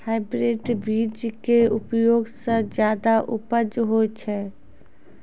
hybrid बीज के उपयोग सॅ ज्यादा उपज होय छै